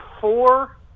four